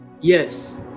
yes